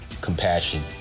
compassion